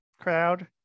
crowd